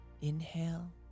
Inhale